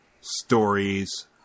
stories